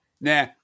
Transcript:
nah